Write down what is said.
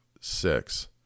six